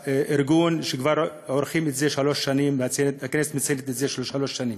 ובארגון כבר עורכים את זה שלוש שנים והכנסת מציינת את זה שלוש שנים.